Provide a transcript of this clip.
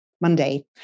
Monday